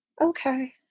Okay